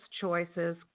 choices